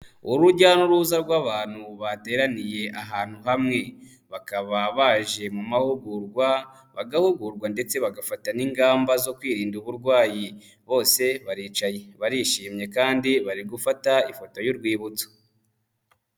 Urujya n'uruza rw'abantu bateraniye ahantu hamwe. Bakaba baje mu mahugurwa, bagahugurwa ndetse bagafata n'ingamba zo kwirinda uburwayi. Bose baricaye. Barishimye kandi bari gufata ifoto y'urwibutso.